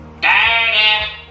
daddy